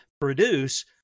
produce